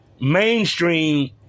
mainstream